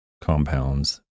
compounds